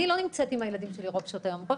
אני לא נמצאת עם הילדים שלי ברוב שעות היום,